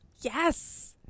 yes